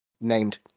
named